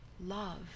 love